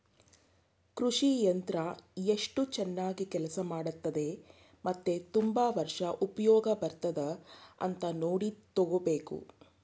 ಕೃಷಿ ಯಂತ್ರ ಎಸ್ಟು ಚನಾಗ್ ಕೆಲ್ಸ ಮಾಡ್ತದೆ ಮತ್ತೆ ತುಂಬಾ ವರ್ಷ ಉಪ್ಯೋಗ ಬರ್ತದ ಅಂತ ನೋಡಿ ತಗೋಬೇಕು